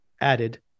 added